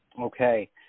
Okay